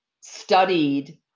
studied